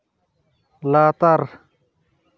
ᱞᱟᱛᱟᱨ